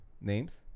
Names